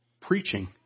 preaching